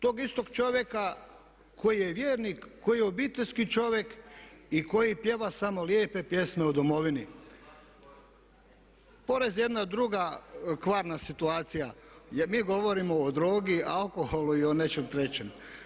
Tog istog čovjeka koji je vjernik, koji je obiteljski čovjek i koji pjeva samo lijepe pjesme o domovini. … [[Upadica se ne razumije.]] Porez je jedna druga kvarna situacija jer mi govorimo o drogi, alkoholu i o nečemu trećem.